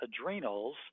adrenals